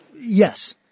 Yes